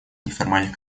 неформальных